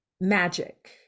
magic